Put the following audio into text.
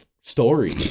story